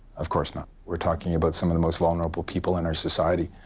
of course not. we're talking about some of the most vulnerable people in our society.